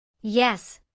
Yes